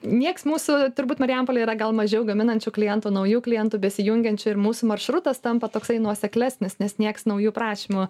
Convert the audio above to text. nieks mūsų turbūt marijampolė yra gal mažiau gaminančių klientų naujų klientų besijungiančių ir mūsų maršrutas tampa toksai nuoseklesnis nes nieks naujų prašymų